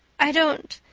i don't.